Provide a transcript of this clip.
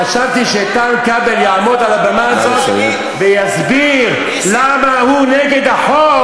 חשבתי שאיתן כבל יעמוד כאן על הבמה ויסביר למה הוא נגד החוק,